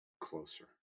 closer